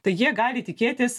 tai jie gali tikėtis